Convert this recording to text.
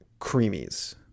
creamies